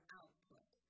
output